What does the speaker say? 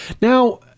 Now